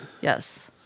Yes